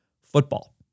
football